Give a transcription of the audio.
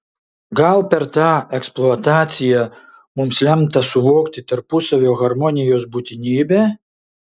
gal per tą eksploataciją mums lemta suvokti tarpusavio harmonijos būtinybę